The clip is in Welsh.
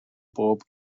bob